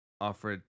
offered